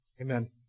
Amen